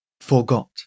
Forgot